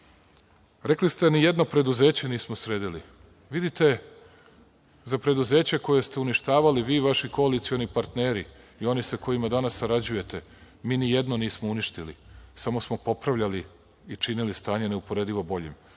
ste ni jedno preduzeće nismo sredili. Vidite, za preduzeća koja ste uništavali vi i vaši koalicioni partneri, i oni sa kojima danas sarađujete, mi ni jedno nismo uništili. Samo smo popravljali i činili stanje ne uporedivo boljim.